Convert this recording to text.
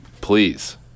Please